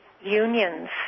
unions